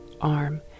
arm